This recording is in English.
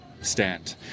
stand